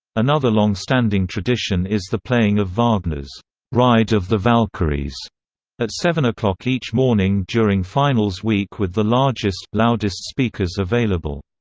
another long-standing tradition is the playing of wagner's ride of the valkyries at seven zero like each morning during finals week with the largest, loudest speakers available.